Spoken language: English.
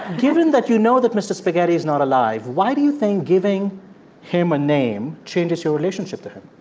given that you know that mr. spaghetti's not alive, why do you think giving him a name changes your relationship to him?